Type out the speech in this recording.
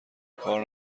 کار